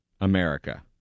America